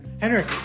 Henrik